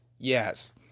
Yes